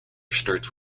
starts